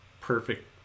perfect